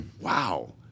Wow